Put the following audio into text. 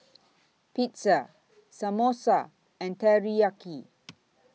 Pizza Samosa and Teriyaki